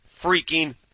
freaking